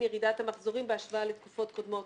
ירידת המחזורים בהשוואה לתקופות קודמות,